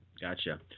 Gotcha